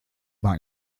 war